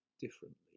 differently